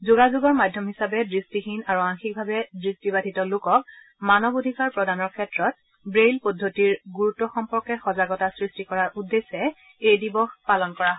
যোগাযোগৰ মাধ্যম হিচাপে দৃষ্টিহীন আৰু আংশিকভাৱে দৃষ্টিবাধিত লোকক মানৱ অধিকাৰ প্ৰদানৰ ক্ষেত্ৰত ব্ৰেইল পদ্ধতিৰ গুৰুত্ সম্পৰ্কে সজাগতা সৃষ্টি কৰাৰ উদ্দেশ্যে এই দিৱস পালন কৰা হয়